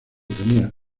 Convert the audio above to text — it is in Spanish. tenían